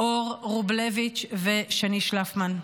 אור רובלביץ' ושני שלפמן.